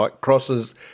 crosses